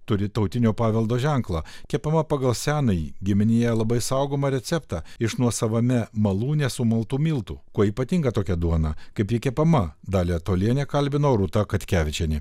turi tautinio paveldo ženklą kepama pagal senąjį giminėje labai saugomą receptą iš nuosavame malūne sumaltų miltų kuo ypatinga tokia duona kaip ji kepama dalią tolienę kalbino rūta katkevičienė